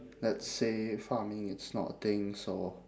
let's say farming is not a thing so